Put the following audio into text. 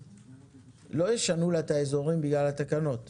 לא ישנו לה את האזורים בגלל התקנות.